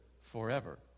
forever